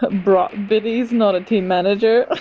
but brah, bitty's not a team manager. ah